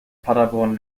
paderborn